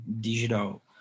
digital